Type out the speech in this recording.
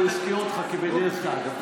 הוא הזכיר אותך כבדרך אגב.